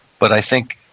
but i think,